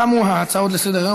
תמו ההצעות לסדר-היום.